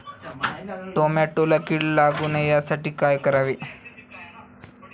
टोमॅटोला कीड लागू नये यासाठी काय करावे?